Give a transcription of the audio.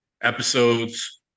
episodes